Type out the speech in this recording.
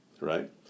Right